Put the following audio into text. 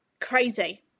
Crazy